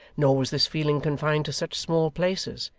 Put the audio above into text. nor was this feeling confined to such small places,